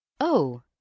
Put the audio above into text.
Oh